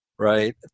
Right